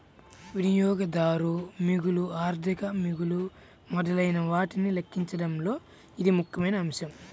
వినియోగదారు మిగులు, ఆర్థిక మిగులు మొదలైనవాటిని లెక్కించడంలో ఇది ముఖ్యమైన అంశం